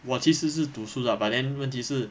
我其实是读书 lah but then 问题是